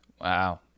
Wow